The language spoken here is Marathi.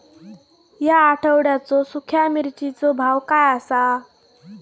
या आठवड्याचो सुख्या मिर्चीचो भाव काय आसा?